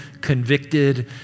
convicted